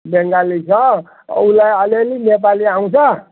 बङ्गाली छ उसलाई अलिअलि नेपाली आउँछ